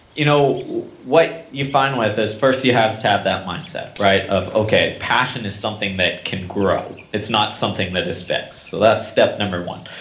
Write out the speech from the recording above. you know what you find with this first you have to have that mindset, right, of okay, passion is something that can grow. it's not something that is fixed. so, that's step number one.